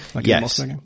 Yes